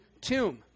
tomb